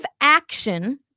action